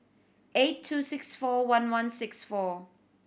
eight two six four one one six four